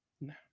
No